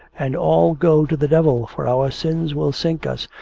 and all go to the devil, for our sins will sink us,